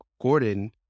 Gordon